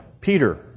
Peter